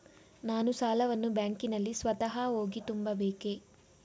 ನಾನು ಸಾಲವನ್ನು ಬ್ಯಾಂಕಿನಲ್ಲಿ ಸ್ವತಃ ಹೋಗಿ ತುಂಬಬೇಕೇ?